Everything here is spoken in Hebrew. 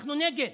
אנחנו נגד.